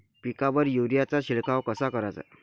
पिकावर युरीया चा शिडकाव कसा कराचा?